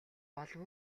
болов